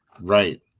Right